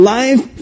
life